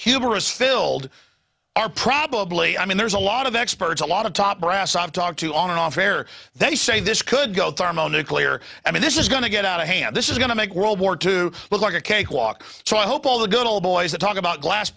hubris filled are probably i mean there's a lot of experts a lot of top brass i've talked to on and off air they say this could go thermonuclear i mean this is going to get out of hand this is going to make world war two look like a cake walk so i hope all the good ole boys that talk about glass